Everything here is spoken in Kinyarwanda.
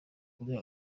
kubiha